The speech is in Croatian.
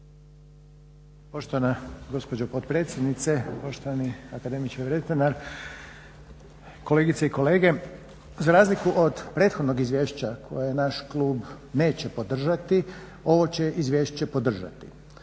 Poštovana gospođo potpredsjednice, poštovani akademiče Vretenar, kolegice i kolege. Za razliku od prethodnog izvješća koje naš klub neće podržati, ovo će izvješće podržati.